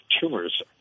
tumors